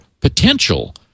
potential